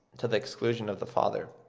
to the exclusion of the father.